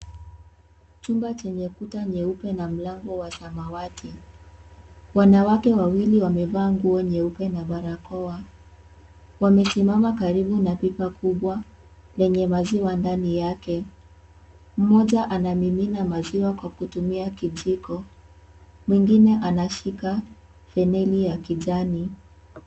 Jumba chenye kuta nyeupe na mlango wa samawati. Wanawake wawili wamefaa nguo nyeupe na barakoa. Wamesimama karibu na bipa kibwa lenye maziwa ndani yake. Moja anamimina maziwa kwa kutumia kijiko mwengine anashika funnel ya kijani.